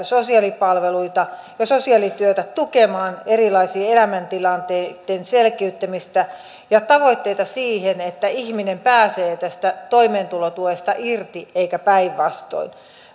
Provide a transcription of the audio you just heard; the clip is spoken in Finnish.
sosiaalipalveluita ja sosiaalityötä tukemaan erilaisten elämäntilanteitten selkiyttämistä ja tavoitteita että ihminen pääsee tästä toimeentulotuesta irti eikä päinvastoin